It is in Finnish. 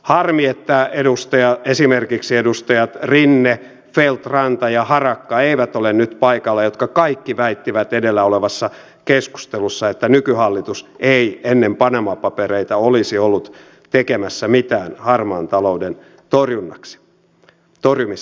harmi että esimerkiksi edustajat rinne feldt ranta ja harakka eivät ole nyt paikalla he kaikki väittivät edellä olevassa keskustelussa että nykyhallitus ei ennen panama papereita olisi ollut tekemässä mitään harmaan talouden torjumiseksi